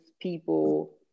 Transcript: people